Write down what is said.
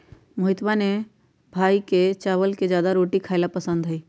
मोहितवा के भाई के चावल से ज्यादा रोटी खाई ला पसंद हई